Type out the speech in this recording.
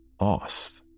lost